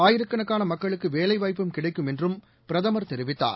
ஆயிரக்கணக்கானமக்களுக்குவேலைவாய்ப்பும் கிடைக்கும் என்றும் பிரதமர் தெரிவித்தார்